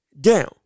down